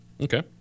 Okay